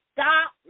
stop